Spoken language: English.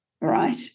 right